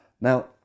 Now